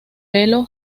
belo